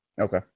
Okay